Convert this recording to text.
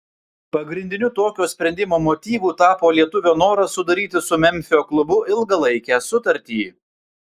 pagrindiniu tokio sprendimo motyvu tapo lietuvio noras sudaryti su memfio klubu ilgalaikę sutartį